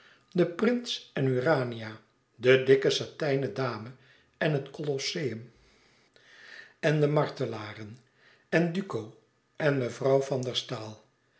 de prins en urania de dikke satijnen dame en het colosseum en de martelaren en duco en mevrouw van der staal